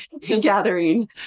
gathering